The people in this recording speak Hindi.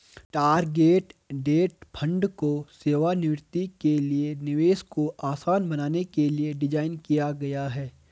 टारगेट डेट फंड को सेवानिवृत्ति के लिए निवेश को आसान बनाने के लिए डिज़ाइन किया गया है